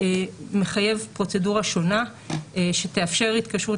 מחייב פרוצדורה שונה שתאפשר התקשרות